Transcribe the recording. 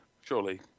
surely